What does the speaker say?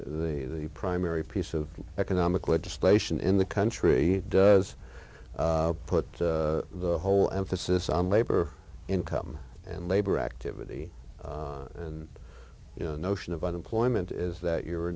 the primary piece of economic legislation in the country does put the whole emphasis on labor income and labor activity and you know the notion of unemployment is that you